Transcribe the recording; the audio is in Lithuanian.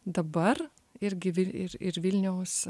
dabar ir gi vi ir ir vilniaus